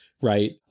right